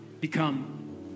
become